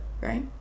Right